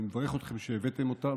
אני מברך אתכם שהבאתם אותה,